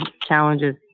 challenges